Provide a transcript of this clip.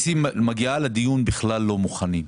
מגיעה לדיון בכלל לא מוכנה.